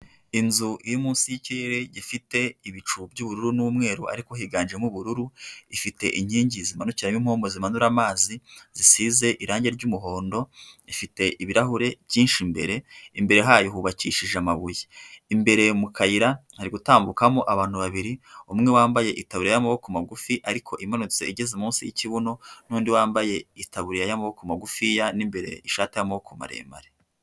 Inzu iri munsi y'ikirere gifite ibicu by'ubururu n'umweru ariko higanjemo ubururu ifite inkingi zimanukiramo impombo zimanura amazi, zisize irangi ry'umuhondo, ifite ibirahure byinshi imbere, imbere hayo hubakishije amabuye, imbere mu kayira hari gutambukamo abantu babiri, umwe wambaye itaburiya y'amaboko magufi ariko imanutse igeze munsi y'kibuno, n'undi wambaye itaburiya y'amaboko magufiya n'imbere ishati y' amoboko maremare.